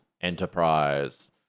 enterprise